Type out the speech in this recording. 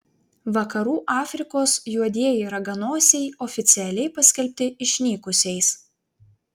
vakarų afrikos juodieji raganosiai oficialiai paskelbti išnykusiais